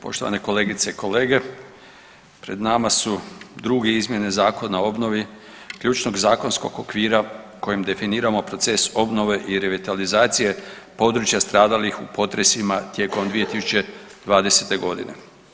Poštovane kolegice i kolege pred nama su druge izmjene Zakon o obnovi, ključnog zakonskog okvira kojim definiramo proces obnove i revitalizacije područja stradalih u potresima tijekom 2020. godine.